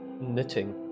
knitting